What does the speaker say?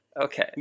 Okay